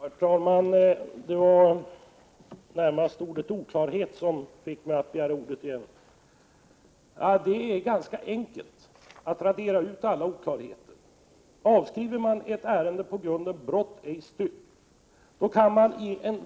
Herr talman! Det var närmast ordet ”oklarhet” som fick mig att begära ordet igen. Det är ganska enkelt att radera ut alla oklarheter. Avskriver man ett ärende på grund av ”brott ej styrkt”, kan man i